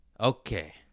Okay